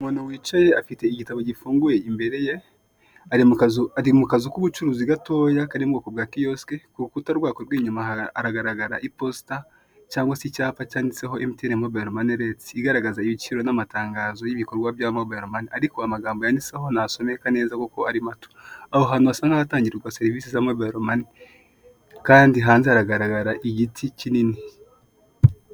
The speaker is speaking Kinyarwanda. Umuntu wicaye afite igitabo gifunguye imbere ye ari mu kazu k'ubucuruzi gatoya karimo ubwoko bwa kiyosiki ku rukuta rw'inyuma haragaragara iposita, cyangwa se icyapa cyanditseho mtn mobile mone reti igaragaza ibiciro n'amatangazo y'ibikorwa bya mobile mone, ariko amagambo ariko ntasomeka neza, kuko ari mato aho hantu hasa nk'ahatangirwa serivisi za mobile mone kandi hanze haragaragara igiti kinini.